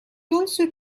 also